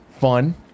Fun